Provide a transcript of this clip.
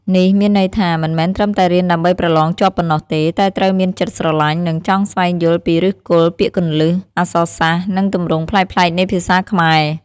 នេះមានន័យថា មិនមែនត្រឹមតែរៀនដើម្បីប្រឡងជាប់ប៉ុណ្ណោះទេ តែត្រូវមានចិត្តស្រឡាញ់ និងចង់ស្វែងយល់ពីឫសគល់ ពាក្យគន្លឹះ អក្សរសាស្ត្រ និងទម្រង់ប្លែកៗនៃភាសាខ្មែរ។